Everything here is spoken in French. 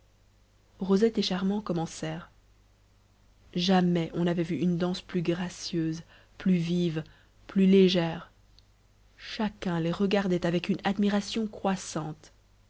rosette et charmant commencèrent jamais on n'avait vu une danse plus gracieuse plus vive plus légère chacun les regardait avec une admiration croissante